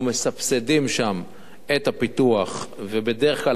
אנחנו מסבסדים שם את הפיתוח ובדרך כלל